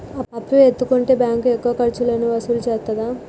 అప్పు ఎత్తుకుంటే బ్యాంకు ఎక్కువ ఖర్చులు వసూలు చేత్తదా?